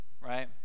Right